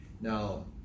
Now